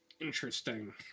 Interesting